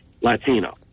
Latino